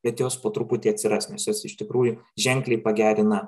kad jos po truputį atsiras nes jos iš tikrųjų ženkliai pagerina